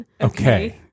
Okay